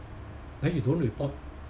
then he don't report